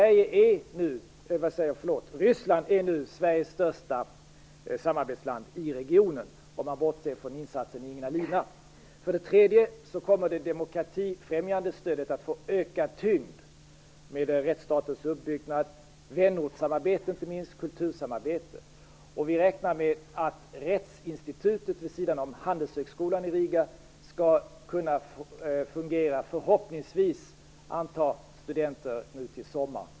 Ryssland är nu Sveriges största samarbetsland i regionen, om man bortser från insatsen i Ignalina. För det tredje kommer det demokratifrämjande stödet att få ökad tyngd genom rättsstatens uppbyggnad, vänortssamarbetet och inte minst kultursamarbetet. Vi räknar med att rättsinstitutet vid sidan av handelshögskolan i Riga förhoppningsvis skall kunna anta studenter till sommaren.